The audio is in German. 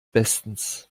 bestens